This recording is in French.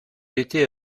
était